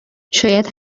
شاید